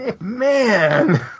Man